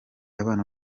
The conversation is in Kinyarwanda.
abana